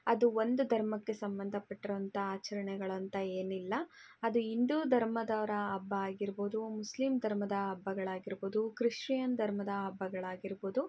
ಅದು ಒಂದು ಧರ್ಮಕ್ಕೆ ಸಂಬಂಧ ಪಟ್ಟಿರೋವಂಥ ಆಚರಣೆಗಳಂತ ಏನಿಲ್ಲ ಅದು ಹಿಂದೂ ಧರ್ಮದವ್ರ ಹಬ್ಬ ಆಗಿರ್ಬೋದು ಮುಸ್ಲಿಮ್ ಧರ್ಮದ ಹಬ್ಬಗಳಾಗಿರ್ಬೋದು ಕ್ರಿಶ್ಟಿಯನ್ ಧರ್ಮದ ಹಬ್ಬಗಳಾಗಿರ್ಬೋದು